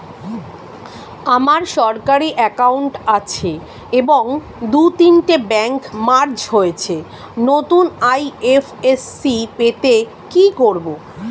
আমার সরকারি একাউন্ট আছে এবং দু তিনটে ব্যাংক মার্জ হয়েছে, নতুন আই.এফ.এস.সি পেতে কি করব?